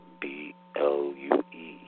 blue